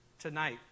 tonight